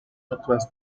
across